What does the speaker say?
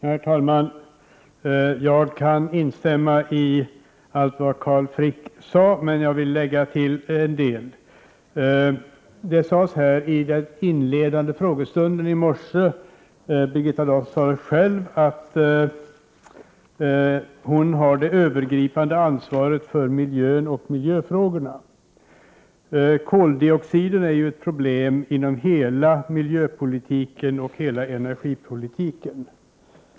Herr talman! Jag kan instämma i allt vad Carl Frick sade, men jag vill lägga till en del. Vid den inledande frågestunden i morse sade Birgitta Dahl själv att hon har det övergripande ansvaret för miljön och miljöfrågorna. Koldioxiden är ju ett problem inom hela miljöpolitiken och hela energipolitiken.